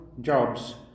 jobs